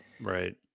right